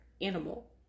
animal